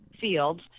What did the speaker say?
fields